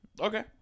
okay